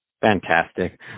Fantastic